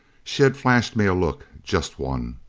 she had flashed me a look, just one.